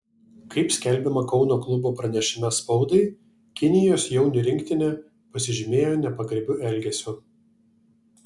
kaip skelbiama kauno klubo pranešime spaudai kinijos jaunių rinktinė pasižymėjo nepagarbiu elgesiu